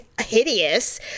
hideous